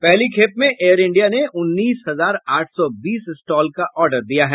पहली खेप में एयर इंडिया ने उन्नीस हजार आठ सौ बीस स्टॉल का ऑर्डर दिया है